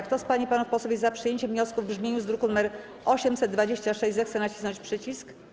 Kto z pań i panów posłów jest za przyjęciem wniosku w brzmieniu z druku nr 826, zechce nacisnąć przycisk.